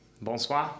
bonsoir